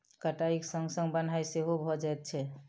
कटाइक संग संग बन्हाइ सेहो भ जाइत छै